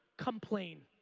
complain.